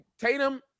Tatum